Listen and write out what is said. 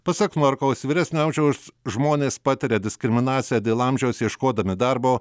pasak markaus vyresnio amžiaus žmonės patiria diskriminaciją dėl amžiaus ieškodami darbo